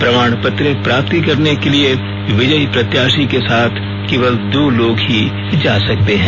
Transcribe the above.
प्रमाणपत्र प्राप्ती करने के लिए विजयी प्रत्याशी के साथ केवल दो लोग ही जा सकते हैं